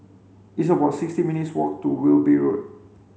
it's about sixty minutes' walk to Wilby Road